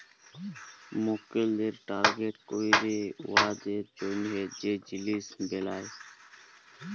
মক্কেলদের টার্গেট ক্যইরে উয়াদের জ্যনহে যে জিলিস বেলায়